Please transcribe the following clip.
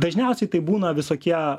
dažniausiai tai būna visokie